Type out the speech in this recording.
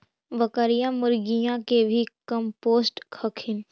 बकरीया, मुर्गीया के भी कमपोसत हखिन?